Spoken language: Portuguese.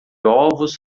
ovos